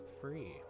free